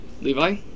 Levi